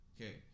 Okay